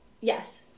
yes